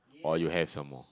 or you have some more